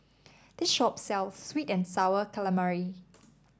this shop sells sweet and sour calamari